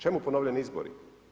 Čemu ponovljeni izbori?